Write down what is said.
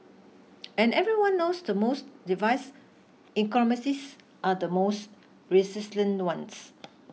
and everyone knows the most device ecosystems are the most resilient ones